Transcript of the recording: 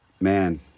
man